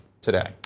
today